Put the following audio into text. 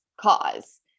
cause